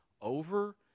over